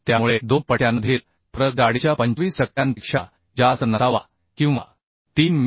त्यामुळे दोन पट्ट्यांमधील फरक जाडीच्या 25 टक्क्यांपेक्षा जास्त नसावा किंवा 3 मि